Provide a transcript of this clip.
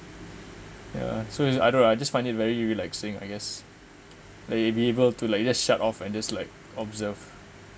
ya so it's either I just find it very relaxing I guess like be able to like you just shut off and just like observe